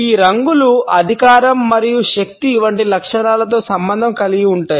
ఈ రంగులు అధికారం మరియు శక్తి వంటి లక్షణాలతో సంబంధం కలిగి ఉంటాయి